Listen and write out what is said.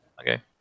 Okay